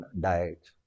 diet